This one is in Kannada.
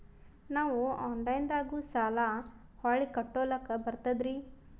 ನಾವು ಆನಲೈನದಾಗು ಸಾಲ ಹೊಳ್ಳಿ ಕಟ್ಕೋಲಕ್ಕ ಬರ್ತದ್ರಿ?